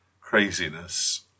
craziness